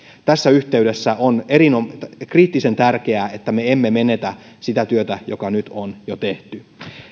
tässä yhteydessä on kriittisen tärkeää että me emme menetä sitä työtä joka nyt on jo tehty